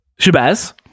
Shabazz